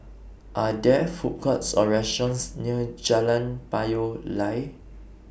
Are There Food Courts Or restaurants near Jalan Payoh Lai